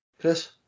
Chris